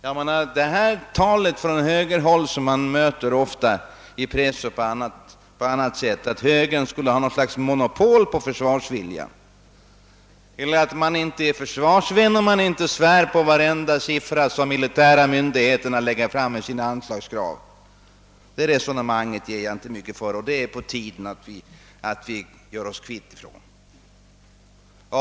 Det man ofta möter från högerhåll, i pressen och på annat sätt, att högern skulle ha något slags monopol på försvarsviljan eller att man inte är försvarsvän om man inte svär på varenda siffra som militära myndigheter anger i sina anslagsäskanden, det ger jag inte mycket för. Det är på tiden att vi gör oss kvitt den sortens resonemang.